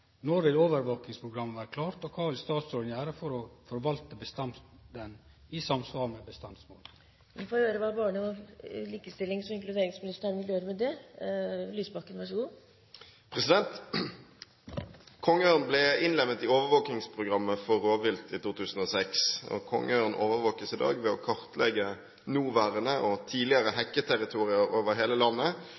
Når vil overvakingsprogrammet vere klart, og kva vil statsråden gjere for å forvalte bestanden i samsvar med bestandsmålet?» Kongeørn ble innlemmet i overvåkingsprogrammet for rovvilt i 2006. Kongeørn overvåkes i dag ved å kartlegge nåværende og tidligere hekketerritorier over hele landet,